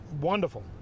Wonderful